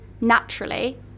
naturally